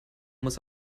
muss